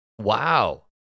Wow